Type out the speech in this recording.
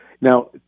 Now